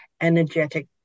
energetic